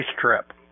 trip